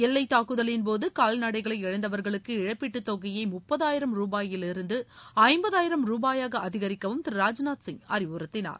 எல்லை தாக்குதலின்போது கால்நடைகளை இழந்தவர்களுக்கு இழப்பீட்டுத் தொகையை முப்பதாயிரம் ரூபாயிலிருந்து ஐம்பதாயிரம் ரூபாயாக அதிகரிக்கவும் திரு ராஜ்நாத் சிங் அறிவுறுத்தினார்